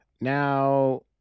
Now